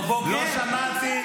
אוקיי.